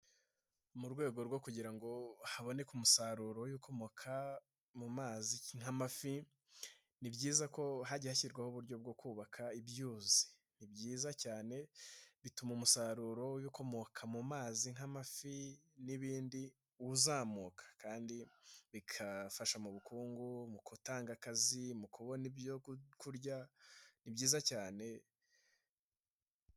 Mu rwego rwo kugira ngo haboneke umusaruro w'ibikomoka mu mazi nk'amafi, ni byiza ko hagiye hashyirwaho uburyo bwo kubaka ibyuzi, ni byiza cyane bituma umusaruro w'ibikomoka mu mazi nk'amafi n'ibindi uzamuka kandi bikafasha mu bukungu, mu gutanga akazi, mu kubona ibyo kurya, ni byiza cyane.